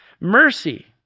Mercy